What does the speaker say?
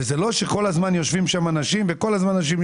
וזה לא שכל הזמן יושבים שם אנשים ומחכים.